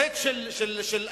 סט של נתונים,